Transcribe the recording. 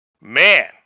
Man